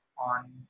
on